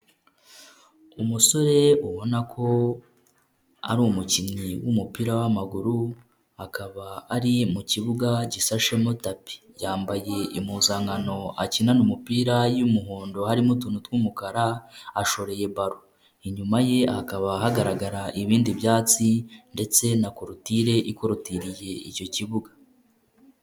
Umusore ubona ko ari umukinnyi w'umupira w'amaguru akaba ari mu kibuga gisashemo tapi, yambaye impuzankano akinana umupira y'umuhondo harimo utuntu tw'umukara ashoreye baro, inyuma ye hakaba hagaragara ibindi byatsi ndetse na korotire ikorotiriye icyo cyibuga.